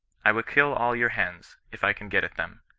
i will kill all your hens, if i can get at them.